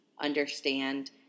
understand